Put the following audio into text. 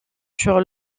sur